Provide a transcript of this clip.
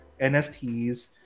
NFTs